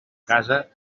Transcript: casa